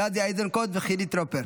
גדי איזנקוט וחילי טרופר.